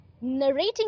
narrating